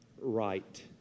right